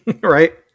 right